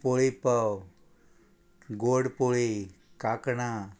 पोळीपाव गोड पोळी कांकणां